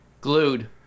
Glued